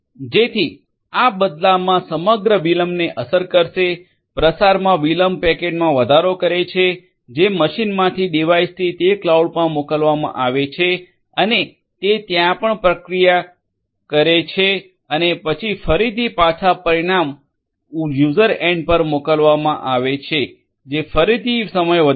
જેથી આ બદલામાં સમગ્ર વિલંબને અસર કરશે પ્રસારમા વિલંબ પેકેટમાં વધારો કરે છે જે મશીનમાંથી ડિવાઇઝથી તે ક્લાઉડમા મોકલવામાં આવે છે અને તે ત્યાં પણ પ્રક્રિયા પણ કરે છે અને પછી ફરીથી પાછા પરિણામ યુઝર એન્ડ પર મેળવવામા આવે છે જે ફરીથી સમય વધારશે